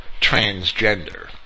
transgender